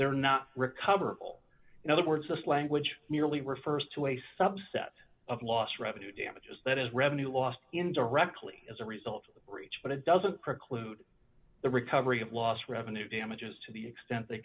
they're not recoverable in other words this language merely refers to a subset of lost revenue damages that is revenue lost indirectly as a result of the breach but it doesn't preclude the recovery of lost revenue damages to the extent they